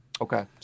Okay